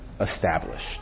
established